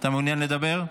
אתה מעוניין לדבר?